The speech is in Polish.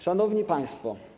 Szanowni Państwo!